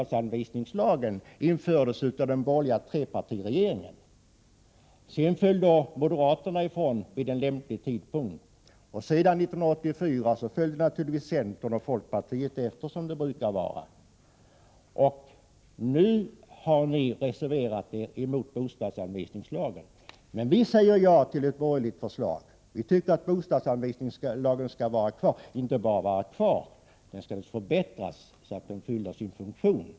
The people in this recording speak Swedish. Den infördes av den borgerliga trepartiregeringen. Sedan föll moderaterna ifrån vid en lämplig tidpunkt. Sedan 1984 följer naturligtvis centern och folkpartiet efter som de brukar göra, och nu har ni reserverat er mot bostadsanvisningslagen. Men vi säger ja till ett borgerligt förslag. Vi tycker att bostadsanvisningslagen skall vara kvar — inte bara vara kvar utan också förbättras så att den fyller sin funktion.